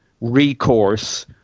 recourse